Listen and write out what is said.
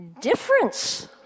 Difference